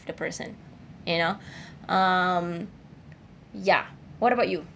the person you know um ya what about you